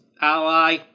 ally